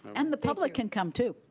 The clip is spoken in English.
and the public can come, too.